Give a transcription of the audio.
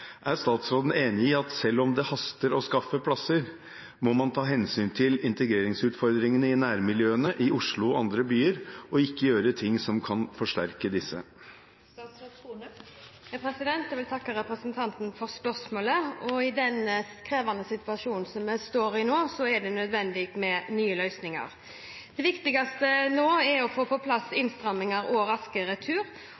Er statsråden enig i at selv om det haster med å skaffe plasser, må man ta hensyn til integreringsutfordringene i nærmiljøene i Oslo og andre byer, og ikke gjøre ting som kan forsterke disse?» Jeg vil takke representanten for spørsmålet. I den krevende situasjonen vi står i nå, er det nødvendig med nye løsninger. Det viktigste nå er å få på plass innstramminger og raskere retur,